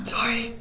Sorry